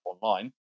online